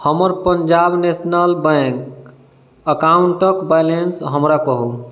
हमर Punjab national bank अकाउंटक balance हमरा कहू